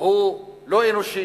הוא לא אנושי,